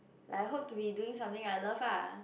I hope to be doing something I love ah